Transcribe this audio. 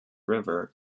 river